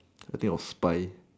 I think of spy